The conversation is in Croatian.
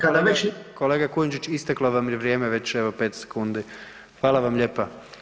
Kolega Kujundžić isteklo vam je vrijeme već evo pet sekundi, hvala vam lijepa.